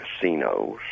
casinos